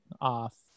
off